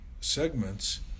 segments